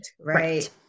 Right